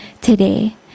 today